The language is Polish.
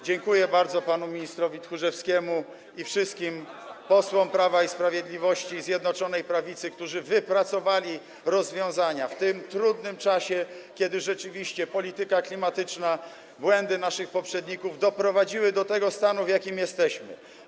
Dziękuję bardzo panu ministrowi Tchórzewskiemu oraz wszystkim posłom Prawa i Sprawiedliwości i Zjednoczonej Prawicy, którzy wypracowali rozwiązania w tym trudnym czasie, kiedy rzeczywiście polityka klimatyczna, błędy naszych poprzedników doprowadziły do tego stanu, w jakim jesteśmy.